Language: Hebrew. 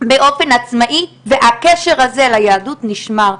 באופן עצמאי, והקשר הזה ליהדות נשמר.